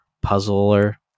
puzzler